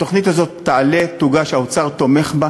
התוכנית הזאת תעלה, תוגש, האוצר תומך בה.